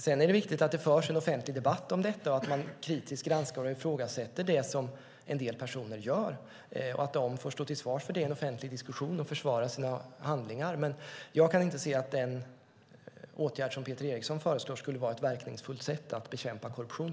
Sedan är det viktigt att det förs en offentlig debatt om detta, att man kritiskt granskar och ifrågasätter det som en del personer gör och att de får stå till svars för det i en offentlig diskussion och försvara sina handlingar. Jag kan dock inte se att den åtgärd som Peter Eriksson föreslår skulle vara ett verkningsfullt sätt att bekämpa korruption.